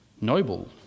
Noble